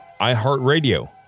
iHeartRadio